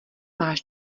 máš